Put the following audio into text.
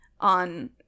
on